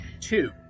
Two